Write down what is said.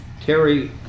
Terry